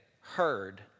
heard